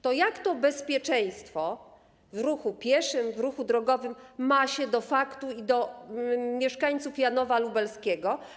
To jak to bezpieczeństwo w ruchu pieszym, w ruchu drogowym ma się do faktu i do mieszkańców Janowa Lubelskiego?